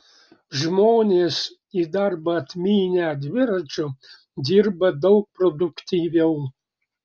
žmonės į darbą atmynę dviračiu dirba daug produktyviau